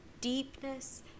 deepness